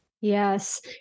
Yes